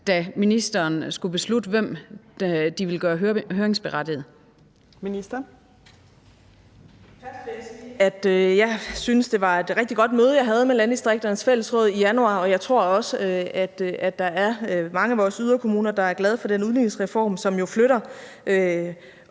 indenrigsministeren (Astrid Krag): Først vil jeg sige, at jeg synes, det var et rigtig godt møde, jeg havde med Landdistrikternes Fællesråd i januar, og jeg tror også, at der er mange af vores yderkommuner, der er glade for den udligningsreform, som jo flytter